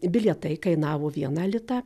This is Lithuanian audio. bilietai kainavo vieną litą